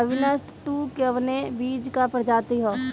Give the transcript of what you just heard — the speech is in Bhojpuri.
अविनाश टू कवने बीज क प्रजाति ह?